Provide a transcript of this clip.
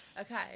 okay